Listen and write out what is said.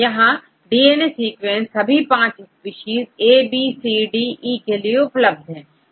यहां DNA sequence सभी पांच स्पीशीज ABCDE के लिए उपलब्ध है